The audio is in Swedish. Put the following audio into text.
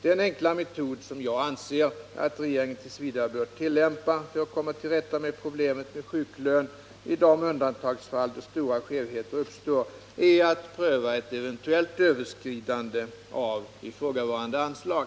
Den enkla metod som jag anser att regeringen t. v. bör tillämpa för att komma till rätta med problemet med sjuklön i de undantagsfall då stora skevheter uppstår är att pröva ett eventuellt överskridande av ifrågavarande anslag.